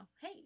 hey